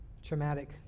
Traumatic